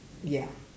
ya